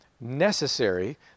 necessary